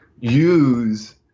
use